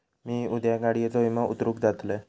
मी उद्या गाडीयेचो विमो उतरवूक जातलंय